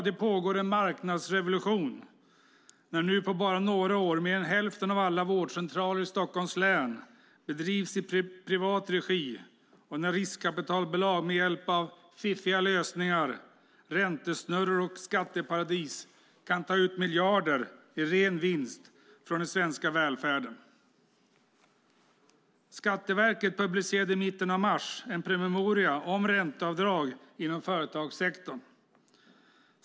Det pågår en marknadsrevolution när nu på bara några år mer än hälften av alla vårdcentraler i Stockholms län bedrivs i privat regi och när riskkapitalbolag med hjälp av fiffiga lösningar, räntesnurror och skatteparadis kan ta ut miljarder i ren vinst från den svenska välfärden. Skatteverket publicerade i mitten av mars en promemoria om ränteavdrag inom företagssektorn.